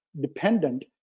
dependent